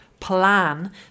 plan